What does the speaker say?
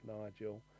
Nigel